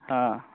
অ